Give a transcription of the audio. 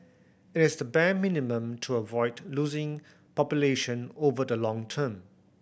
it is the bare minimum to avoid losing population over the long term